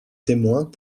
témoins